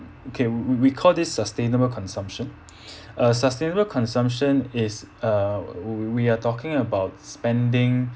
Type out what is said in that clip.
okay we we call this sustainable consumption uh sustainable consumption is uh we we are talking about spending